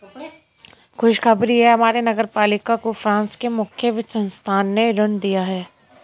खुशखबरी है हमारे नगर पालिका को फ्रांस के मुख्य वित्त संस्थान ने ऋण दिया है